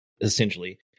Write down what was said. essentially